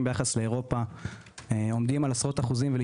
ביחס לאירופה עומדים על עשרות אחוזים,